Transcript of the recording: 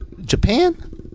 Japan